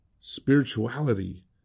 Spirituality